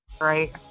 right